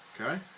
Okay